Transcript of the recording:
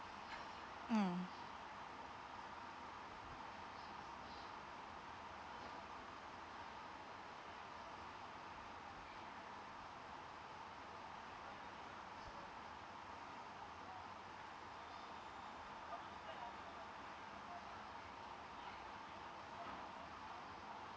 mm